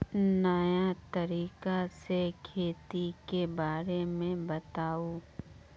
नया तरीका से खेती के बारे में बताऊं?